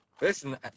Listen